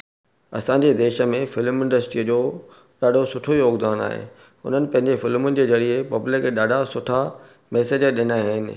असांजे देश में फिल्म इंडस्ट्रीअ जो ॾाढो सुठो योगदानु आहे उन्हनि पंहिंजे फिल्मुनि जे ज़रिए पब्लिक खे ॾाढा सुठा मैसेज ॾिना आहिनि